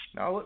Now